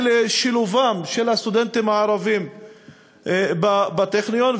לשילוב הסטודנטים הערבים בטכניון,